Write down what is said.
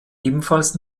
ebenfalls